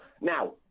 Now